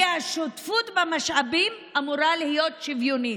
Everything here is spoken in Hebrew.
כי השותפות במשאבים אמורה להיות שוויונית.